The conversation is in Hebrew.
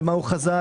במה הוא חזק,